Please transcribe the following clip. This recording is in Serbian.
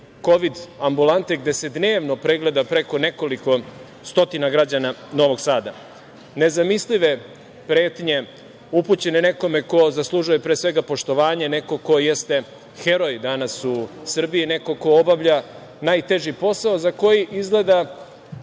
kovid ambulante gde se dnevno pregleda preko nekoliko stotina građana Novog Sada. Nezamislive pretnje upućene nekome ko zaslužuje pre svega poštovanje, nekome ko jeste heroj danas u Srbiji, nekome ko obavlja najteži posao za koji izgleda